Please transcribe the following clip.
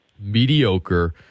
mediocre